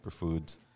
Superfoods